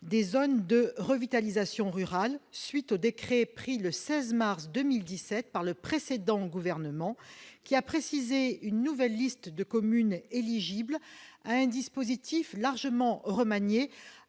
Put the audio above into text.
des zones de revitalisation rurale, les ZRR, à la suite du décret pris le 16 mars 2017 par le précédent gouvernement, qui a établi une nouvelle liste de communes éligibles à un dispositif largement remanié